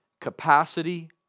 capacity